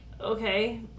okay